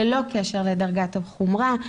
ללא קשר לדרגת החומרה.